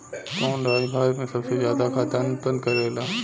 कवन राज्य भारत में सबसे ज्यादा खाद्यान उत्पन्न करेला?